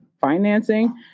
financing